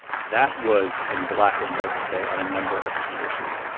that was in black and white today on a number of key issues,